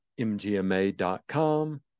mgma.com